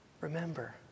remember